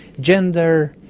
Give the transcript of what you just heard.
gender.